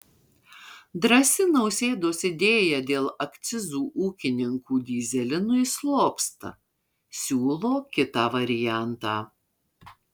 drąsi nausėdos idėja dėl akcizų ūkininkų dyzelinui slopsta siūlo kitą variantą